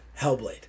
Hellblade